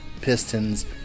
Pistons